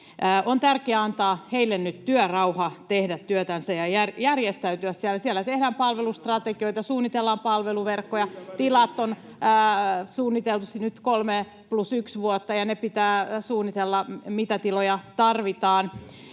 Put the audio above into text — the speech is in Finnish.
On tärkeää antaa heille nyt työrauha, heidän tehdä työtänsä ja järjestäytyä siellä. Siellä tehdään palvelustrategioita, suunnitellaan palveluverkkoja, tiloja on suunniteltu nyt kolme plus yksi vuotta, ja pitää suunnitella, mitä tiloja tarvitaan.